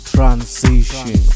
Transition